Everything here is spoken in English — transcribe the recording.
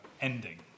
ending